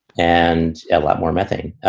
and a lot more methane.